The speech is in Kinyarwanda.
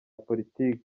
politiki